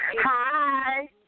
Hi